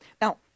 Now